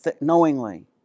knowingly